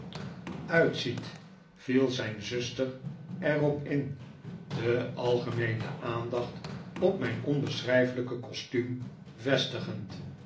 uitziet viel zijn zuster er op in de algemeene aandacht op mijn onbeschrijfelijke costuum vestigend